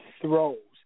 throws